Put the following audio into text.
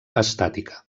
estàtica